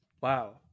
Wow